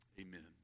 Amen